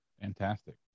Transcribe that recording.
Fantastic